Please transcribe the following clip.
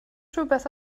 rhywbeth